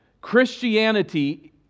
Christianity